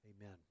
Amen